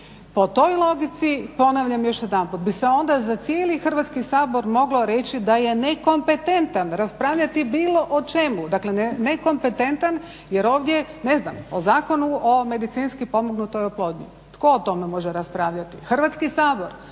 Po toj logici ponavljam još jedanput bi se onda za cijeli Hrvatski sabor moglo reći da je nekompetentan, raspravljati bilo o čemu, dakle nekompetentan jer ovdje ne znam o Zakonu o medicinski pomognutoj oplodnji, tko o tome može raspravljati? Hrvatski sabor.